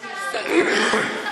יש חוק,